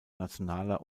nationaler